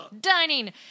Dining